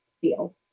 feel